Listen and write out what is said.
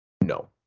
no